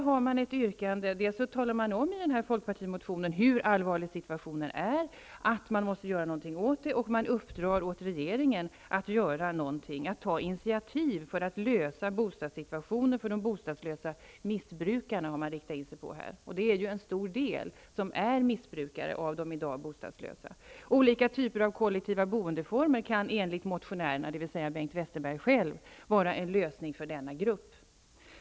I den folkpartimotionen talar man om hur allvarlig situationen är och att man måste göra någonting åt den, och man uppdrar åt regeringen att göra någonting, att ta initiativ för att lösa de bostadslösa missbrukarnas bostadsproblem. Man riktar i motionen in sig på just missbrukarna, och en stor del av de i dag bostadslösa är ju också missbrukare. Olika typer av kollektiva boendeformer kan enligt motionärerna, dvs. bl.a. Bengt Westerberg själv, vara en lösning för denna grupp.